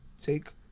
Take